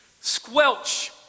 squelch